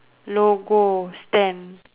logo stand